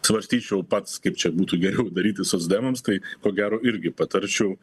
svarstyčiau pats kaip čia būtų geriau daryti socdemams tai ko gero irgi patarčiau